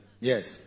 Yes